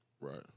Right